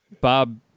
Bob